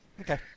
Okay